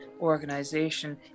organization